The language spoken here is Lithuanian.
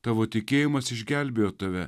tavo tikėjimas išgelbėjo tave